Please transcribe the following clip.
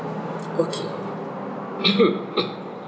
okay